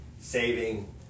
saving